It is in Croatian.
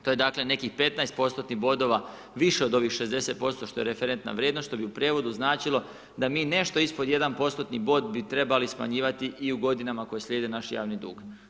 To je dakle nekih 15% bodova više od ovih 60% što je referentna vrijednost, što bi u prijevodu značilo da mi nešto ispod 1% bod bi trebali smanjivati i u godinama koje slijede naš javni dug.